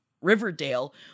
Riverdale